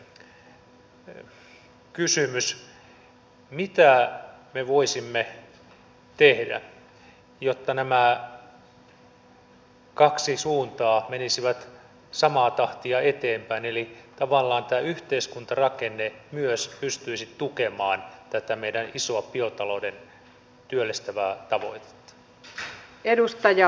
mitä me voisimme tehdä jotta nämä kaksi suuntaa menisivät samaa tahtia eteenpäin eli tavallaan tämä yhteiskuntarakenne myös pystyisi tukemaan tätä meidän isoa biotalouden työllistävää tavoitettamme